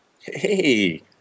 Hey